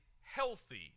healthy